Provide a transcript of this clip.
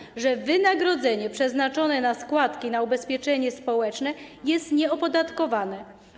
Oznacza to, że wynagrodzenie przeznaczone na składki na ubezpieczenie społeczne jest nieopodatkowane.